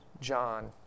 John